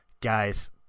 Guys